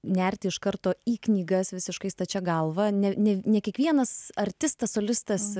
nerti iš karto į knygas visiškai stačia galva ne ne kiekvienas artistas solistas